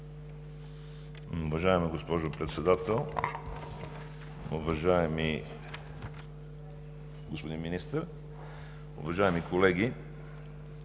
Ви, госпожо Председател. Уважаеми господин Министър, уважаеми колеги!